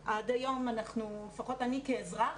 לפחות אני כאזרח,